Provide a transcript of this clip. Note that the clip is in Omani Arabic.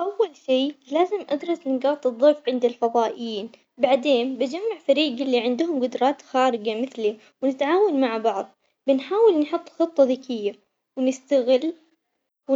أول شي لازم أدرس نقاط الضعف عند الفضائيين، بعد بجمع فريق اللي عندهم قدرات خارقة مثلي ونتعاون مع بعض، بنحاول نحط خطة ذكية ونستغل ون-